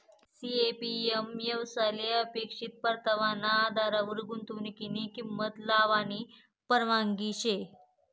CAPM येवसायले अपेक्षित परतावाना आधारवर गुंतवनुकनी किंमत लावानी परवानगी शे